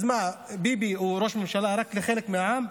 אז מה, ביבי הוא ראש הממשלה רק לחלק מהעם?